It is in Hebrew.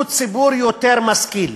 הוא ציבור יותר משכיל.